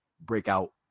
breakout